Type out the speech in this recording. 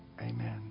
amen